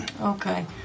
Okay